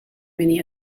many